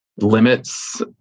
limits